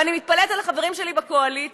ואני מתפלאת על החברים שלי בקואליציה,